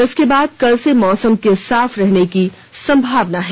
इसके बाद कल से मौसम के साफ रहने की संभावना है